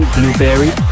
Blueberry